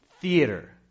theater